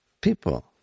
people